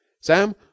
Sam